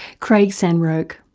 craig san roque.